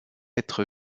être